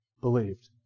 believed